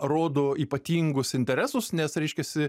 rodo ypatingus interesus nes reiškiasi